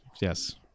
yes